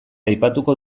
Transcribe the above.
aipatuko